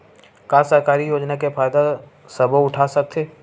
का सरकारी योजना के फ़ायदा सबो उठा सकथे?